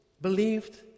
believed